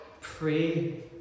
pray